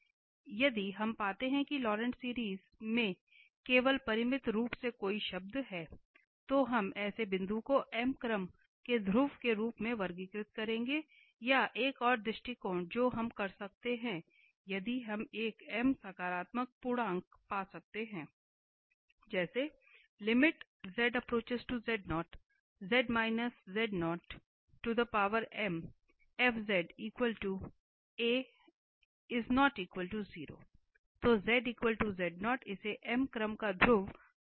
इसलिए यदि हम पाते हैं कि लॉरेंट श्रृंखला में केवल परिमित रूप से कई शब्द हैं तो हम ऐसे बिंदु को m क्रम के ध्रुव के रूप में वर्गीकृत करेंगे या एक और दृष्टिकोण जो हम कर सकते हैं यदि हम एक m सकारात्मक पूर्णांक पा सकते हैं जैसे तो इसे m क्रम का ध्रुव कहा जाता है